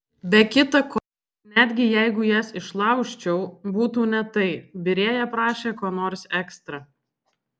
be kita ko netgi jeigu jas išlaužčiau būtų ne tai virėja prašė ko nors ekstra